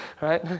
right